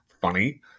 funny